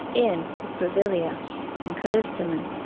in with grevillea and callistemon.